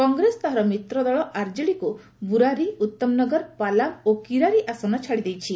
କଂଗ୍ରେସ ତାହାର ମିତ୍ର ଦଳ ଆର୍ଜେଡିକୁ ବୁରାରି ଉତ୍ତମ ନଗର ପାଲାମ ଓ କିରାରି ଆସନ ଛାଡ଼ି ଦେଇଛି